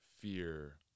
fear